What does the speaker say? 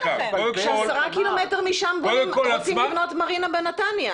עשרה קילומטרים משם רוצים לבנות מרינה בנתניה.